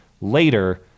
later